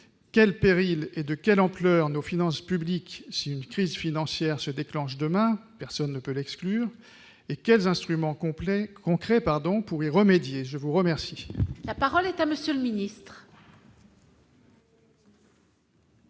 quel péril et de quelle ampleur nos finances publiques, si une crise financière se déclenche demain, personne ne peut l'exclure et quels instruments complet concret pardon pour y remédier, je vous remercie. La parole est à monsieur le Ministre.